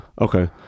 okay